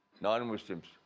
non-Muslims